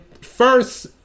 first